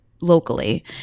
locally